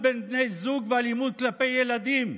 אלימות בין בני זוג ואלימות כלפי ילדים,